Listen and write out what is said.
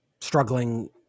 struggling